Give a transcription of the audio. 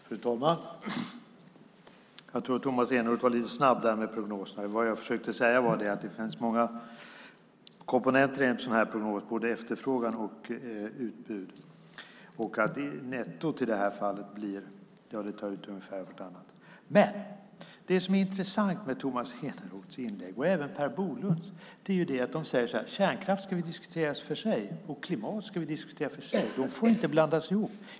Fru talman! Jag tror att Tomas Eneroth var lite snabb med prognoserna. Vad jag försökte säga var att det finns många komponenter i en sådan här prognos - både efterfrågan och utbud. Nettot i detta fall blir ungefär att de tar ut varandra. Men det som är intressant med Tomas Eneroths inlägg och även Per Bolunds är att de säger: Kärnkraft ska vi diskutera för sig, och klimat ska vi diskutera för sig. De får inte blandas ihop.